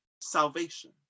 salvation